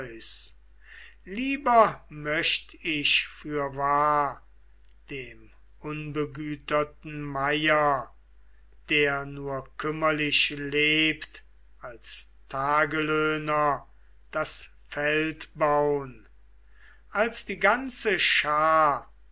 lieber möcht ich fürwahr dem unbegüterten meier der nur kümmerlich lebt als tagelöhner das feld baun als die ganze schar